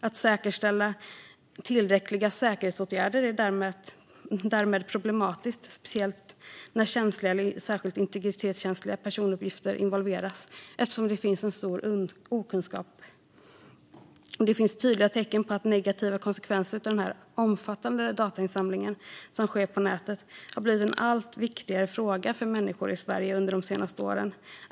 Att säkerställa tillräckliga säkerhetsåtgärder är därmed problematiskt, speciellt när känsliga eller särskilt integritetskänsliga personuppgifter involveras. Det finns en stor okunskap om detta. Det finns tydliga tecken på att negativa konsekvenser av den omfattande datainsamling som sker på nätet har blivit en allt viktigare fråga för människor i Sverige under de senaste åren.